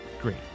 Great